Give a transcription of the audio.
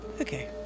Okay